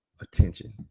attention